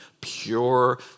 pure